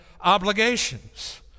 obligations